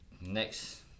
next